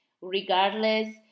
regardless